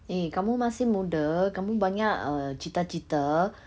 eh kamu masih muda kamu banyak err cita-cita